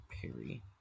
Perry